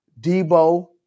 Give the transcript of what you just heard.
Debo